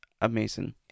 amazing